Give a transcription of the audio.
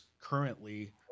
currently